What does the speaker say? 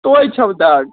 توتہِ چھَو دَگ